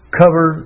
cover